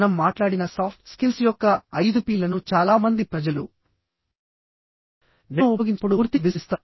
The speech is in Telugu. మనం మాట్లాడిన సాఫ్ట్ స్కిల్స్ యొక్క ఐదు పి లను చాలా మంది ప్రజలు నెట్ను ఉపయోగించినప్పుడు పూర్తిగా విస్మరిస్తారు